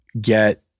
get